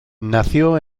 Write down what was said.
nació